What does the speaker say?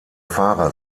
fahrer